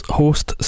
host